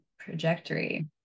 trajectory